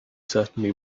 certainly